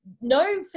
no